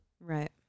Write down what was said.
right